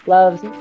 Loves